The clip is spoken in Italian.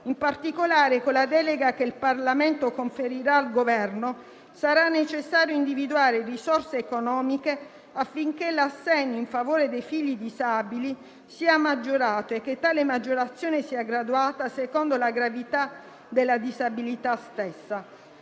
In particolare, con la delega che il Parlamento conferirà al Governo sarà necessario individuare risorse economiche affinché l'assegno in favore dei figli disabili sia maggiorato e che tale maggiorazione sia graduata secondo la gravità della disabilità stessa.